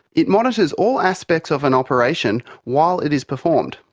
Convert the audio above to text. it monitors all aspects of an operation while it is performed.